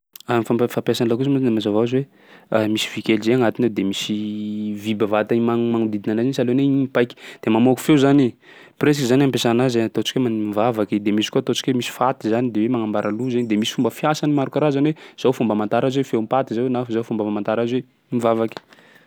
Ah famp- fampiasà lakolosy moa mazava hoazy hoe misy vy kely zay agnatiny ao de misy vy bevata igny magn- magnodidiny anazy sahalan'ny hoe i mipaiky. De mamoaky feo zany i, presque zany ampiasana azy ataontsika hoe mandeha mivavaky, de misy koa ataontsika hoe misy faty zany de hoe magnambara loza igny de misy fomba fiasany maro karazany hoe zao fomba amantara azy hoe feom-paty zao na zao fomba famantara azy hoe mivavaky.